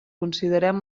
considerem